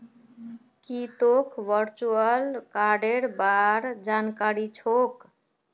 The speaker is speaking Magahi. की तोक वर्चुअल कार्डेर बार जानकारी छोक